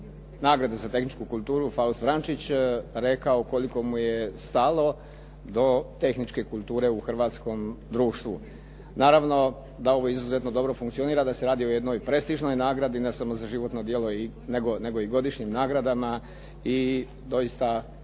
nagrade za tehničku kulturu "Faust Vrančić" rekao koliko mu je stalo do tehničke kulture u hrvatskom društvu. Naravno da ovo izuzetno dobro funkcionira, da se radi o jednoj prestižnoj nagradi ne samo za životno djelo nego i godišnjim nagradama i doista